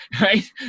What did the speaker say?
Right